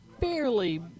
barely